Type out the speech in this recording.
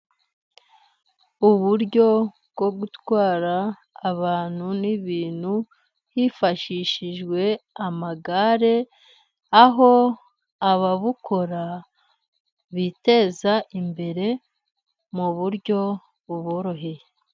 Uburyo bwo gutwara abantu n'ibintu hifashishijwe amagare, aho ababukora biteza imbere mu buryo buboroheye.